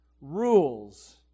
rules